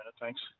Thanks